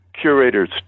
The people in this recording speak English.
curator's